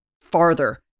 farther